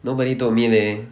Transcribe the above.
nobody told me leh